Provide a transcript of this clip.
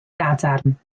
gadarn